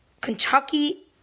Kentucky